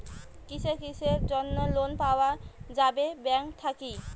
কিসের কিসের জন্যে লোন পাওয়া যাবে ব্যাংক থাকি?